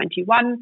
2021